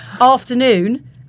afternoon